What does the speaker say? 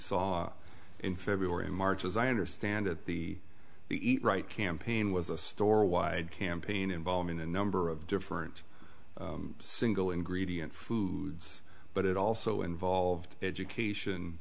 saw in february march as i understand it the eat right campaign was a store wide campaign involving a number of different single ingredient foods but it also involved education